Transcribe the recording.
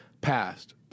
passed